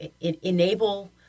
enable